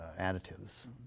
additives